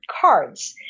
cards